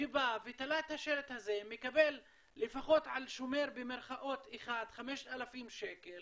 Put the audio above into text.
שבא ותלה את השלט הזה מקבל לפחות על שומר במרכאות אחד 5,000 שקל